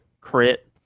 crit